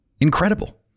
incredible